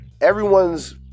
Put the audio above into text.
everyone's